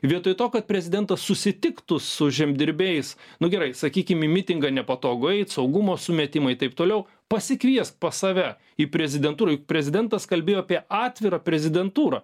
vietoj to kad prezidentas susitiktų su žemdirbiais nu gerai sakykim į mitingą nepatogu eit saugumo sumetimai taip toliau pasikviesk pas save į prezidentūrą juk prezidentas kalbėjo apie atvirą prezidentūrą